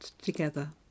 together